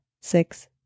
six